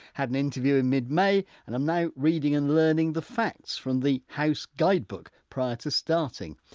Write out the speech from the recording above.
had an interview in mid-may, and am now reading and learning the facts from the house guidebook prior to starting.